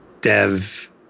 dev